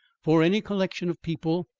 for any collection of people,